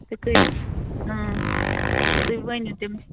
تُہۍ کٔرِو تُہۍ ؤنِو تِم